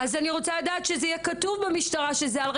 אם מישהו יפגע בי כי אני שחורה אני רוצה שזה יהיה כתוב במשטרה שזה הרקע.